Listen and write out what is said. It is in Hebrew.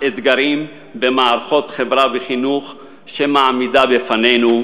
אתגרים במערכות החברה והחינוך שהמדינה מעמידה בפנינו.